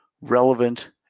relevant